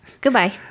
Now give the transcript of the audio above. Goodbye